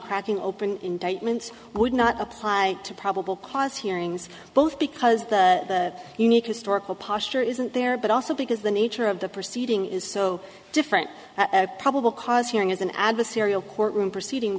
cracking open indictments would not apply to probable cause hearings both because you need historical posture isn't there but also because the nature of the proceeding is so different probable cause hearing is an adversarial courtroom proceeding